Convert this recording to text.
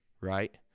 right